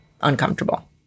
uncomfortable